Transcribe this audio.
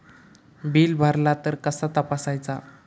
Bill भरला तर कसा तपसायचा?